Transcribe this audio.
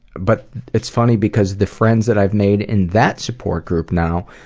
but it's funny because the friends that i've made in that support group now,